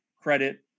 credit